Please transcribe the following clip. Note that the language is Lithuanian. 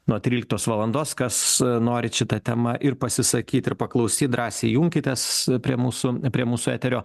nuo tryliktos valandos kas norit šita tema ir pasisakyt ir paklausyt drąsiai junkitės prie mūsų prie mūsų eterio